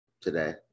today